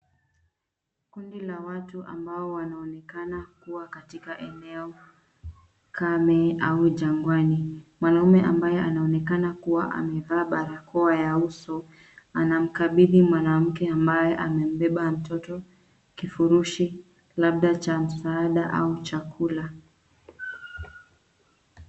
Kundi la watu ambao wanaonekana kuwa katika eneo kame au jangwani. Mwanaume ambaye anaonekana kuwa amevaa barakoa ya uso anamkabidhi mwanamke ambaye amembeba mtoto kifurushi, labda cha msaada au chakula.